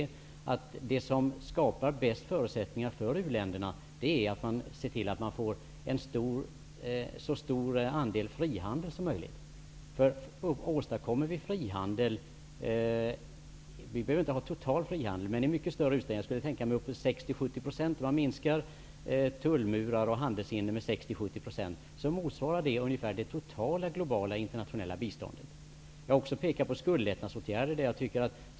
Jag sade att det som skapar bäst förutsättningar för uländerna är att man ser till att få en så stor andel frihandel som möjligt. Det är inte nödvändigt att ha en total frihandel, men en minskning av tullmurar och handelshinder med 60--70 % motsvarar ungefär det totala globala internationella biståndet. Jag pekade också på skuldlättnadsåtgärder.